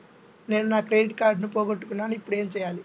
నేను నా క్రెడిట్ కార్డును పోగొట్టుకున్నాను ఇపుడు ఏం చేయాలి?